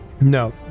No